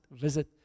visit